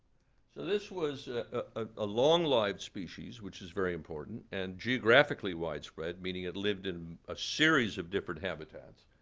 so this was a long lived species, which is very important, and geographically widespread, meaning it lived in a series of different habitats.